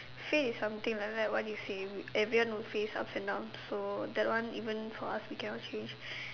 fate is something like like what you say everyone will face ups and downs so that one even for us we cannot change